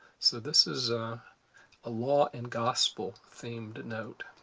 so this is a law and gospel themed note.